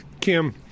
Kim